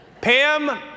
Pam